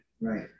Right